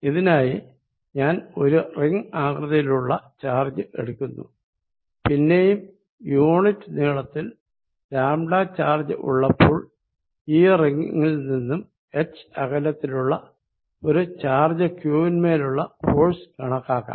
ഇതിനായി ഞാൻ ഒരു റിങ് ആകൃതിയിലുള്ള ചാർജ് എടുക്കുന്നു പിന്നെയും യൂണിറ്റ് നീളത്തിൽ ലാംഡാ ചാർജ് ഉള്ളപ്പോൾ ഈ റിങ്ങിൽ നിന്നും h അകലത്തിലുള്ള ഒരു ചാർജ് q വിന്മേലുള്ള ഫോഴ്സ് കണക്കാക്കാം